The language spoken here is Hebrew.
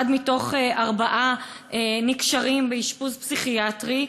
אחד מתוך ארבעה נקשרים באשפוז פסיכיאטרי,